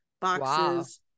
boxes